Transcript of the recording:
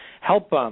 Help